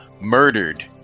murdered